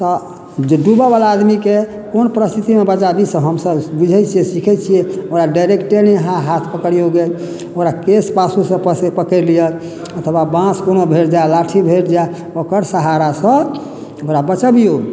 तऽ जे डुबऽ बला आदमीके कोन परिस्थितिमे बचाबी से हमसब बुझै छियै सिखै छियै ओकरा डाइरेक्टे नहि हाथ हाथ पकड़ियौ ओकर केश पाछु सँ पकैड़ि लियऽ अथवा बाँस कोनो भेट जाय लाठी भेट जाय ओकर सहारा सँ ओकरा बचबियौ